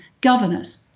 governors